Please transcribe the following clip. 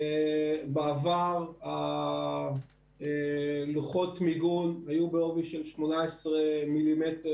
בעבר לוחות המיגון היו בעובי של 18 מילימטרים,